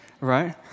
right